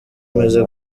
umeze